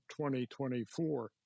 2024